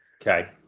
Okay